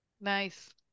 Nice